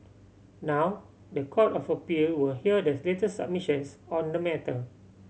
now the Court of Appeal will hear the latest submissions on the matter